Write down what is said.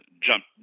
jump